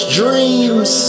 dreams